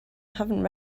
haven’t